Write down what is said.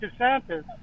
DeSantis